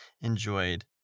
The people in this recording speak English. enjoyed